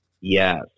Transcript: Yes